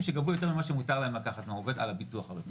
שגבו יותר ממה שמותר להם לקחת מהעובד על הביטוח הרפואי.